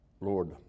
Lord